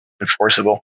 enforceable